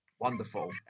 Wonderful